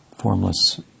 formless